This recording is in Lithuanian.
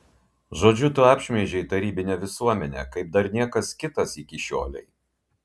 žodžiu tu apšmeižei tarybinę visuomenę kaip dar niekas kitas iki šiolei